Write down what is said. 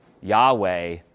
Yahweh